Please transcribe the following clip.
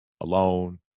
alone